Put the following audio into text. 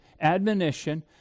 admonition